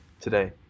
today